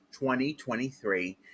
2023